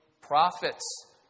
prophets